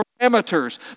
parameters